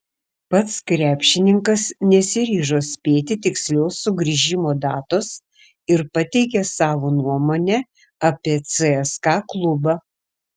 pats krepšininkas nesiryžo spėti tikslios sugrįžimo datos ir pateikė savo nuomonę apie cska klubą